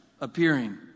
appearing